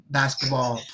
basketball